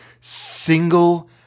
single